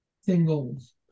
singles